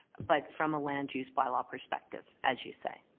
but from a land use bylaw perspective, as you say.